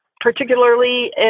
Particularly